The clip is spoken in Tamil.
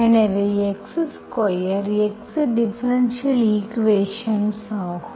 எனவே x square x differential equations ஆகும்